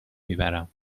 میبرم